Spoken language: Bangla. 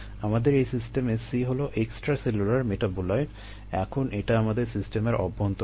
আমাদের এই সিস্টেমে C হলো এক্সট্রাসেলুলার মেটাবোলাইট এখন এটা আমাদের সিস্টেমের অভ্যন্তরে আছে